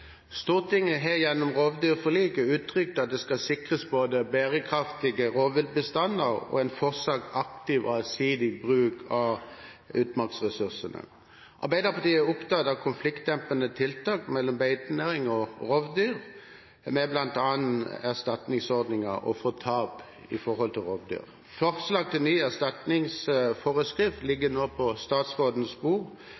har gjennom rovdyrforliket uttrykt at det skal sikres både bærekraftige rovviltbestander og en fortsatt aktiv og allsidig bruk av utmarksressursene. Arbeiderpartiet er opptatt av konfliktdempende tiltak i problematikken beitenæringen vs. rovdyr, med bl.a. erstatningsordninger for tap til rovvilt. Forslag til ny erstatningsforskrift